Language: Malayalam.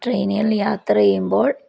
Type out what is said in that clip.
ട്രെയിനേൽ യാത്ര ചെയ്യുമ്പോൾ